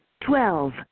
Twelve